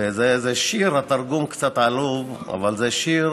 וזה איזה שיר, התרגום קצת עלוב, אבל זה שיר